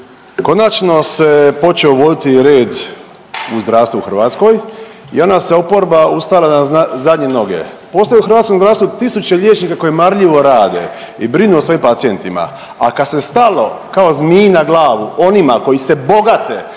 konačno se počeo uvoditi red u zdravstvo u Hrvatskoj i onda se oporba ustala na zadnje noge. Postoji u hrvatskom zdravstvu tisuće liječnika koji marljivo rade i brinu o svojim pacijentima, a kad se stalo kao zmiji na glavu onima koji se bogate